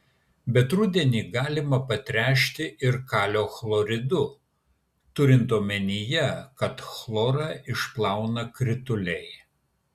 bet rudenį galima patręšti ir kalio chloridu turint omenyje kad chlorą išplauna krituliai